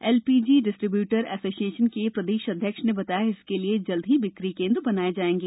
LPG distributor association के प्रदेश अध्यक्ष ने बताया कि इसके लिये जल्द ही बिक्री केन्द्र बनाए जाएंगे